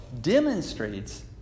demonstrates